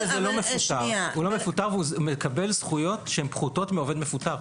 הוא לא מפוטר והוא מקבל זכויות פחותות מעובד מפוטר.